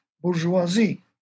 bourgeoisie